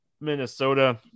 Minnesota